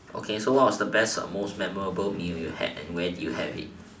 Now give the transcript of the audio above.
okay so what was your best or most memorable meal you had and where did you have it